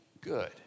good